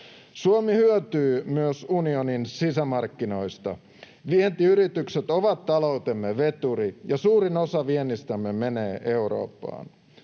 Suomi hyötyy myös unionin sisämarkkinoista. Vientiyritykset ovat taloutemme veturi, ja suurin osa viennistämme menee Eurooppaan.